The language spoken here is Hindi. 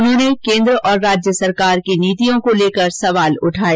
उन्होंने केन्द्र और राज्य सरकार की नीतियों को लेकर सवाल उठाये